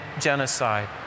genocide